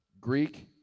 Greek